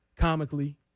Comically